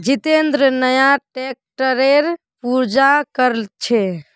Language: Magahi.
जितेंद्र नया ट्रैक्टरेर पूजा कर छ